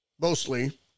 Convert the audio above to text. Mostly